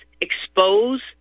expose